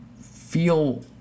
feel